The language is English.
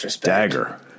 Dagger